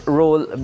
role